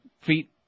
feet